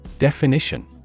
Definition